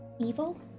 evil